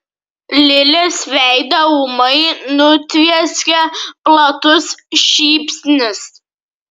lilės veidą ūmai nutvieskė platus šypsnys